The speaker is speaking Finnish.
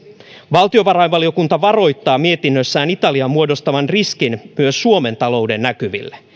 valtiovarainvaliokunta varoittaa mietinnössään italian muodostavan riskin myös suomen talouden näkymille